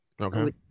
Okay